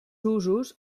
usos